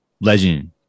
legend